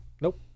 nope